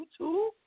YouTube